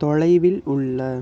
தொலைவில் உள்ள